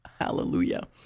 hallelujah